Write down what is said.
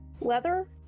Leather